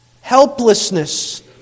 helplessness